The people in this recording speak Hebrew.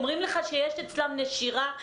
הם אומרים לך שיש אצלם נשירה,